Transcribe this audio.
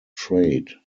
trade